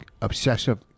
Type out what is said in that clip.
Obsessive